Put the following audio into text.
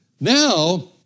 now